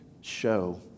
show